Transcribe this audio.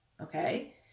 okay